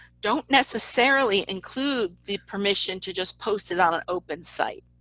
don't necessarily include the permission to just post it on an open site,